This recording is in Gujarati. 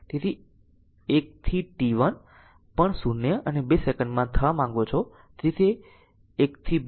તેથી 1 to t 1 to પણ 0 અને 2 સેકન્ડમાં થવા માંગો છો